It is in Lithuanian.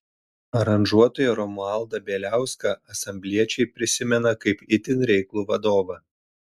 aranžuotoją romualdą bieliauską ansambliečiai prisimena kaip itin reiklų vadovą